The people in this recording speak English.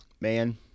man